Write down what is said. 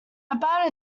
about